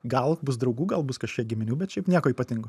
gal bus draugų gal bus kažkiek giminių bet šiaip nieko ypatingo